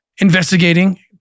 investigating